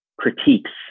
critiques